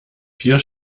vier